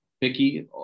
picky